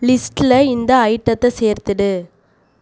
லிஸ்ட்டில் இந்த ஐட்டத்தை சேர்த்துவிடு